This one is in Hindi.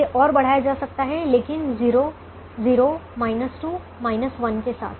इसे और बढ़ाया जा सकता है लेकिन 0 0 2 1 के साथ